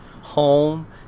home